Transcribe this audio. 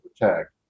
protect